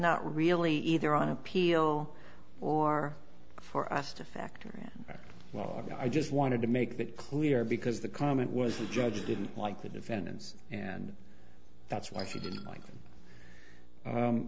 not really either on appeal or for us to factor in well i just wanted to make that clear because the comment was the judge didn't like the defendants and that's why she didn't like